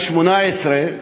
זה היה בכנסת השמונה-עשרה.